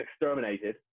exterminated